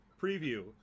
preview